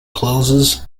closes